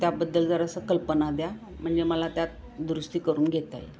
त्याबद्दल जरा असं कल्पना द्या म्हणजे मला त्यात दुरुस्ती करून घेताय